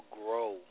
grow